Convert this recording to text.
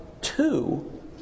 two